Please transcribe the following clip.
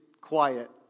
quiet